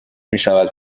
میشود